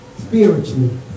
spiritually